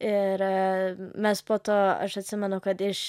ir mes po to aš atsimenu kad iš